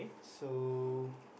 so